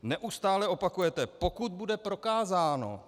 Neustále opakujete pokud bude prokázáno.